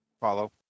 Follow